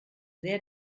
sehr